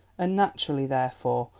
and, naturally, therefore,